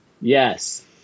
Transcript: yes